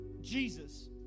Jesus